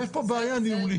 ויש פה בעיה ניהולית.